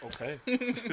Okay